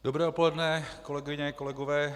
Dobré odpoledne, kolegyně, kolegové.